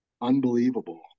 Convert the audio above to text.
unbelievable